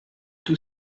tout